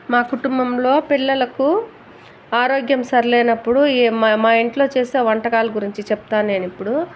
మా కుటుంబంలో పిల్లలకు ఆరోగ్యం సరిలేనప్పుడు ఏ మా మా ఇంట్లో చేసే వంటకాల గురించి చెప్తాను నేను ఇప్పుడు